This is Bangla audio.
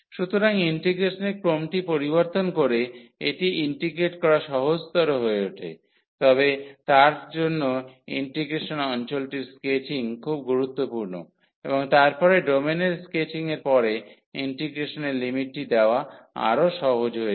সুতরাং ইন্টিগ্রেশনের ক্রমটি পরিবর্তন করে এটি ইন্টিগ্রেট করা সহজতর হয়ে ওঠে তবে তার জন্য ইন্টিগ্রেশন অঞ্চলটির স্কেচিং খুব গুরুত্বপূর্ণ এবং তারপরে ডোমেনের স্কেচিংয়ের পরে ইন্টিগ্রেশনের লিমিটটি দেওয়া আরও সহজ হয়ে যায়